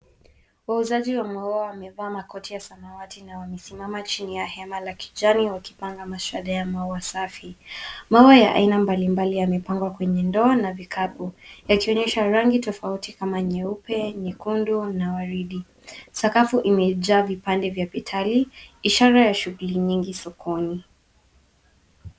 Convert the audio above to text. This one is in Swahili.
Wauzaji wa maua wamevaa makoti ya samawati na wamesimama chini ya hema la kijani wakipanga mashada ya maua safi. Maua ya aina mbalimbali yamepangwa kwenye ndoo na vikapu yakionyesha rangi tofauti kama nyeupe, nyekundu na waridi. Sakafu imejaa vipande vya petali ishara ya shughuli nyingi sokoni.